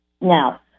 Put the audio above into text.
Now